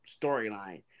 storyline